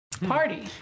party